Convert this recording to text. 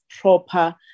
proper